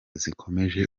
zikomeje